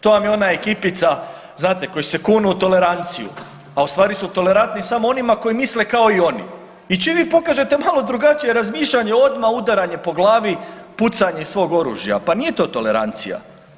To vam je ona ekipica znate koji se kunu u toleranciju, a u stvari su tolerantni samo onima koji misle kao i oni i čim vi pokažete malo drugačije razmišljanje odmah udaranje po glavi i pucanje iz svog oružja, pa nije to tolerancija.